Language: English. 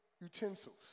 utensils